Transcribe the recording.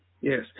Yes